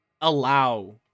allow